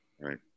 right